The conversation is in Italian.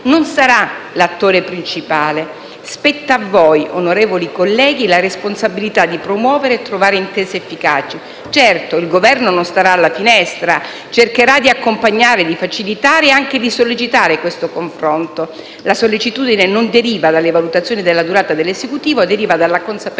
non sarà l'attore protagonista. Spetta a voi, onorevoli colleghi, la responsabilità di promuovere e trovare intese efficaci. Certo, il Governo non starà alla finestra, cercherà di accompagnare, di facilitare e anche di sollecitare questo confronto. La sollecitudine non deriva dalle valutazioni sulla durata dell'Esecutivo, deriva dalla consapevolezza